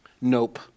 nope